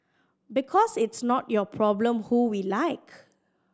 because it's not your problem who we like